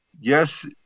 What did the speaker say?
yes